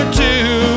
two